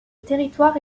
territoire